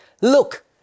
Look